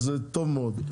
אז זה טוב מאוד.